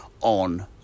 on